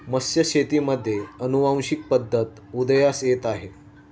मत्स्यशेतीमध्ये अनुवांशिक पद्धत उदयास येत आहे